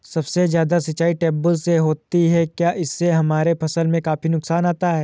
सबसे ज्यादा सिंचाई ट्यूबवेल से होती है क्या इससे हमारे फसल में काफी नुकसान आता है?